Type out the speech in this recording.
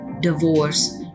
divorce